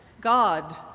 God